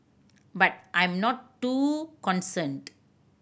but I'm not too concerned